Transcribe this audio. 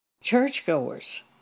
churchgoers